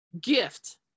gift